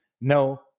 no